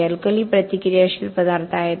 हे अल्कली प्रतिक्रियाशील पदार्थ आहेत